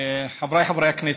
(אומר בערבית: אדוני היושב-ראש,) חבריי חברי הכנסת,